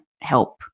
help